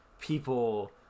people